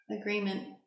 agreement